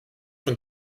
von